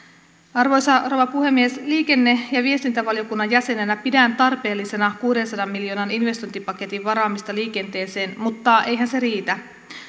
arvoisa rouva puhemies liikenne ja viestintävaliokunnan jäsenenä pidän tarpeellisena kuudensadan miljoonan investointipaketin varaamista liikenteeseen mutta eihän se riitä